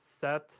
Set